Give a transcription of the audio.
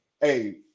hey